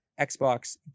Xbox